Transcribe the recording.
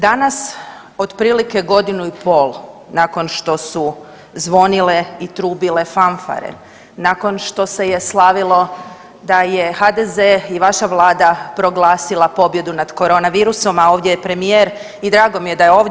Danas otprilike godinu i pol nakon što su zvonile i trubile fanfare, nakon što se je slavilo da je HDZ i vaša Vlada proglasila pobjedu nad korona virusom, a ovdje je premijer i drago mi je da je ovdje.